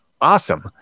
Awesome